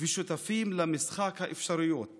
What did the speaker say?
ושותפים למשחק האפשרויות /